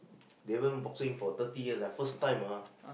Davon boxing for thirty years ah first time ah